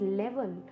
level